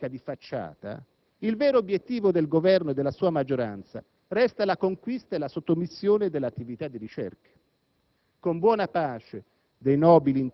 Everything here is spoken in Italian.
vorrà dire che al di là della retorica di facciata il vero obiettivo del Governo e della sua maggioranza resta la conquista e la sottomissione dell'attività di ricerca.